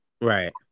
Right